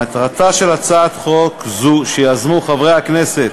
מטרתה של הצעת חוק זו, שיזמו חברי הכנסת